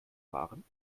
fahren